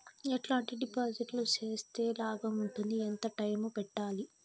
ఎట్లాంటి డిపాజిట్లు సేస్తే లాభం ఉంటుంది? ఎంత టైము పెట్టాలి?